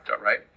right